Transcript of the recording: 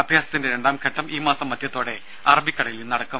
അഭ്യാസത്തിന്റെ രണ്ടാംഘട്ടം ഈ മാസം മധ്യത്തോടെ അറബിക്കടലിൽ നടക്കും